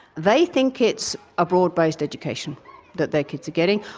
they think it's a broad-based education that their kids are getting,